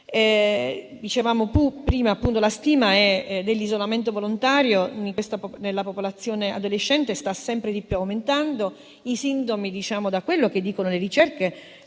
ignorata. La stima dell'isolamento volontario nella popolazione adolescente sta sempre di più aumentando. I sintomi - da quello che dicono le ricerche,